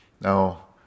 Now